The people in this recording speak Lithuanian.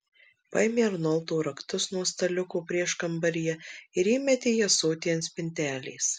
paėmė arnoldo raktus nuo staliuko prieškambaryje ir įmetė į ąsotį ant spintelės